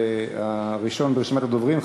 הראשון ברשימת הדוברים,